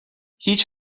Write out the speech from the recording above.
هیچ